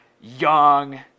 young